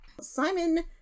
Simon